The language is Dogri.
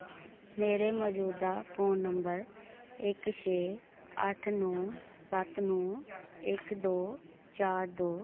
मेरे मजूदा फोन नम्बर इक छे अट्ठ नौ सत्त नौ इक दो चार दो